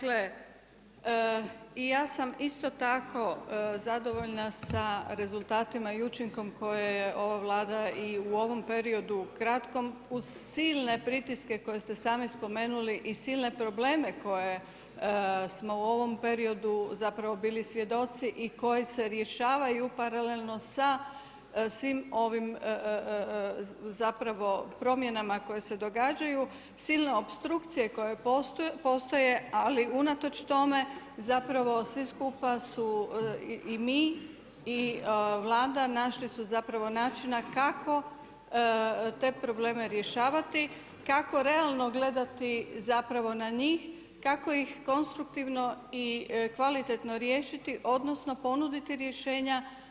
Kolega, i ja sam isto tako zadovoljna sa rezultatima i učinkom koja je ova Vlada i u ovom periodu kratkom uz silne pritiske koje ste sami spomenuli i silne probleme koje smo u ovom periodu zapravo bili svjedoci i koje se rješavanju paralelno sa svim ovim zapravo promjenama koje se događaju, silne opstrukcije koje postoje, ali unatoč tome, zapravo, svi skupa su i mi i Vlada našli su zapravo načina kako. te probleme rješavati, kao realno gledati zapravo na njih, kako ih konstruktivno i kvalitetno riješiti, odnosno ponuditi rješenja.